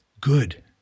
good